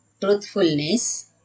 truthfulness